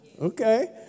Okay